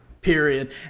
period